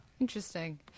Interesting